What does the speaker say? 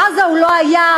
בעזה הוא לא היה,